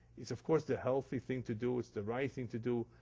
it's, of course, the healthy thing to do, it's the right thing to do.